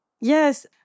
Yes